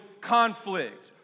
conflict